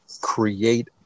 create